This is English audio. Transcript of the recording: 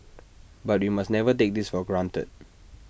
but we must never take this for granted